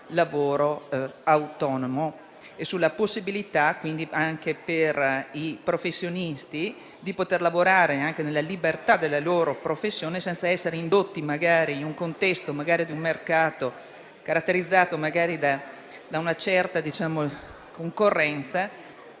lavoro autonomo e sulla possibilità anche per i professionisti di lavorare, pur nella libertà della loro professione, senza essere indotti, nel contesto di un mercato caratterizzato da una certa concorrenza,